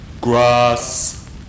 grass